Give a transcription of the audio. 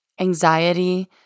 anxiety